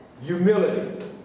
humility